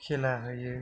खेला होयो